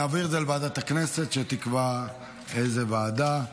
נעביר את זה לוועדת הכנסת שתקבע איזו ועדה.